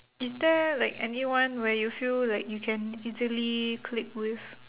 is there like anyone where you feel like you can easily click with